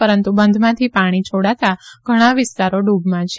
પરંતુ બંધમાંથી પાણી છોડાતાં ઘણા વિસ્તારો ડુબમાં છે